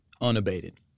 unabated